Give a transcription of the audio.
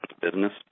business